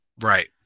Right